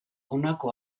honako